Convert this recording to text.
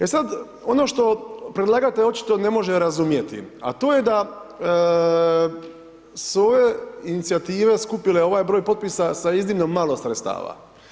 E sad, ono što predlagatelj očito ne može razumjeti, a to je da svoje inicijative skupile ovaj broj potpisa sa iznimno malo sredstava.